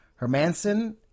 Hermanson